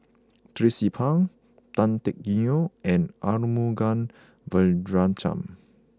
Tracie Pang Tan Teck Neo and Arumugam Vijiaratnam